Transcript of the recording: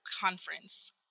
conference